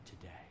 today